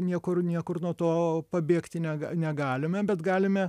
niekur niekur nuo to pabėgti nega negalime bet galime